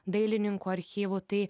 dailininkų archyvų tai